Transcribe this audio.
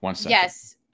Yes